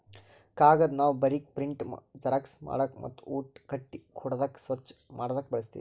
ಕಾಗದ್ ನಾವ್ ಬರೀಕ್, ಪ್ರಿಂಟ್, ಜೆರಾಕ್ಸ್ ಮಾಡಕ್ ಮತ್ತ್ ಊಟ ಕಟ್ಟಿ ಕೊಡಾದಕ್ ಸ್ವಚ್ಚ್ ಮಾಡದಕ್ ಬಳಸ್ತೀವಿ